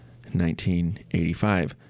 1985